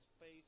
face